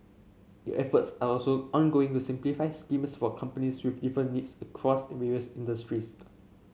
efforts are also ongoing to simplify schemes for companies needs across various industries